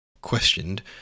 questioned